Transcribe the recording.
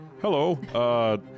hello